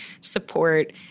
support